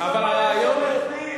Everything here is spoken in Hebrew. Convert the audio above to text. הרעיון הוא,